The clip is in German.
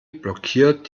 blockiert